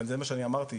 וזה מה שאני אמרתי,